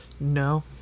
No